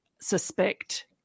suspect